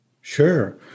Sure